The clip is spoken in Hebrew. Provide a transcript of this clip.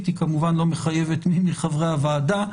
היא כמובן לא מחייבת את מי מחברי הוועדה,